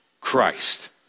Christ